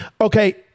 Okay